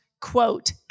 quote